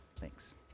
thanks